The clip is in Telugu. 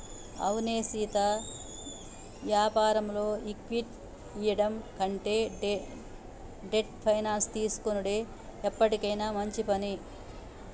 అవునే సీతా యాపారంలో ఈక్విటీ ఇయ్యడం కంటే డెట్ ఫైనాన్స్ తీసుకొనుడే ఎప్పటికైనా మంచి పని